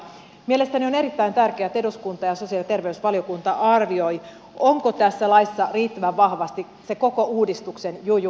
mielestäni on erittäin tärkeää että eduskunta ja sosiaali ja terveysvaliokunta arvioivat onko tässä laissa riittävän vahvasti se koko uudistuksen juju